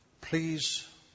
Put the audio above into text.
Please